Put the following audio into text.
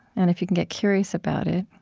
and if you can get curious about it,